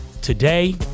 today